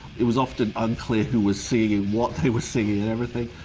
it was often unclear who was singing, what they were singing and everything.